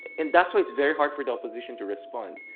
and that's why it's very hard for the opposition to respond.